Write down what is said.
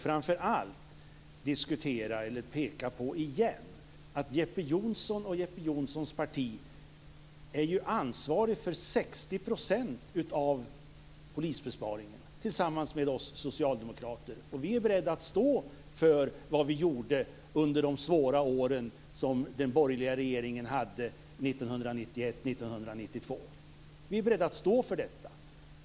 Framför allt vill jag återigen peka på att Jeppe Johnsson och hans parti är ansvariga för 60 % av polisbesparingarna, tillsammans med oss socialdemokrater. Vi är beredda att stå för vad vi gjorde under de svåra år som den borgerliga regeringen hade 1991-92. Vi är beredda att stå för detta.